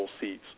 seats